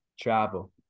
travel